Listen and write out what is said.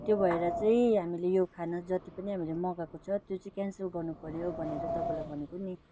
त्यो भएर चाहिँ हामीले यो खाना जति पनि हामीले मगाएको छ त्यो चाहिँ क्यान्सल गर्नु पर्यो भनेर तपाईँलाई भनेको नि